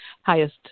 highest